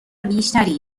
بیشتری